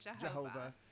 Jehovah